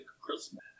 Christmas